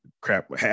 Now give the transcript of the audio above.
crap